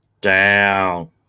down